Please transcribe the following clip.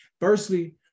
Firstly